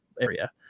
area